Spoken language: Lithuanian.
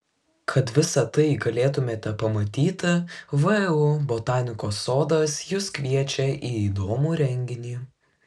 kad visa tai galėtumėte pamatyti vu botanikos sodas jus kviečia į įdomų renginį